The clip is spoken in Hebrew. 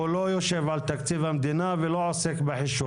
הוא לא יושב על תקציב המדינה ולא עוסק בחישובים.